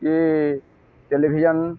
କି ଟେଲିଭିଜନ